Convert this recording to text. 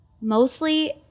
mostly